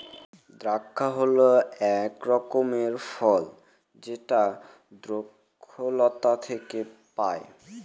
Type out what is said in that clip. দ্রাক্ষা হল এক রকমের ফল যেটা দ্রক্ষলতা থেকে পায়